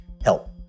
help